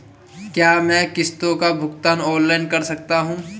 क्या मैं किश्तों का भुगतान ऑनलाइन कर सकता हूँ?